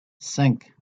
cinq